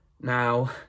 Now